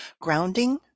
grounding